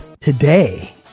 today